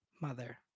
Mother